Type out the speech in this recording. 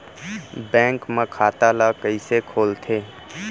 Bank म खाता ल कइसे खोलथे?